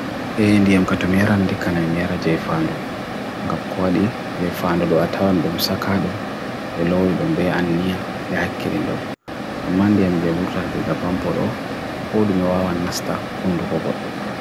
E indi yam katumiran di kana yi miyara jye fano, ngap kwadi jye fano do atawan dum sakadum, beloi dum be aninia, behakirin dum. Amman di yam jye urtara diga pampo do, kodume wa wan nasta unruko kodum.